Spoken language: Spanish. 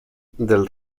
del